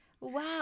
Wow